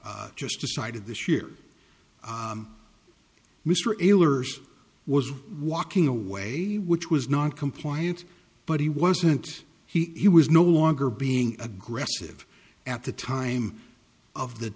case just decided this year mr ellery was walking away which was not compliant but he wasn't he was no longer being aggressive at the time of the